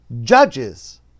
judges